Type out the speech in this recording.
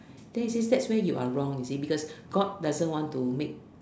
this is that where you are wrong you see because God doesn't want to make